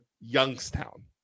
Youngstown